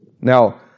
Now